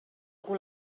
algú